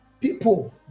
people